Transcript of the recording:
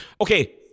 Okay